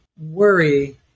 worry